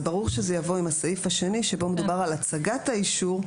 זה ברור שזה יבוא עם הסעיף השני שבו מדובר על הצגת האישור,